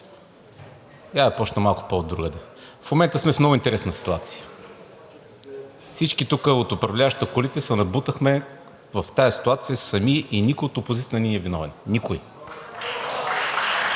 Я да започна малко по от другаде. В момента сме в много интересна ситуация. Всички тук от управляващата коалиция се набутахме в тази ситуация сами и никой от опозицията не ни е виновен. Никой!